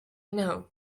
know